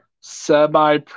semi